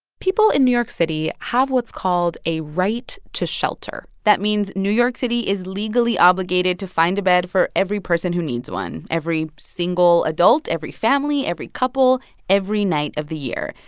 people in new york city have what's called a right to shelter that means new york city is legally obligated to find a bed for every person who needs one every single adult, every family, every couple every night of the year.